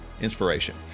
inspiration